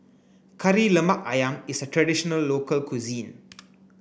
Kari Lemak Ayam is a traditional local cuisine